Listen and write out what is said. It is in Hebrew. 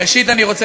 ראשית, אני רוצה